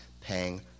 paying